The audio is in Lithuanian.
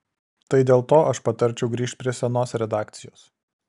tai dėl to aš patarčiau grįžt prie senos redakcijos